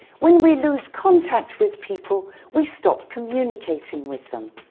when we lose contact with people we stop communicating with them.